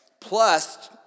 Plus